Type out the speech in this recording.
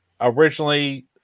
originally